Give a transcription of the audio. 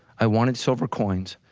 i wanted silver coins,